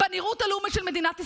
בנראות הלאומית של מדינת ישראל,